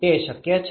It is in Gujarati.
તે શક્ય છે